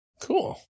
Cool